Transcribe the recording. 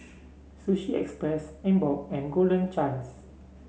Sushi Express Emborg and Golden Chance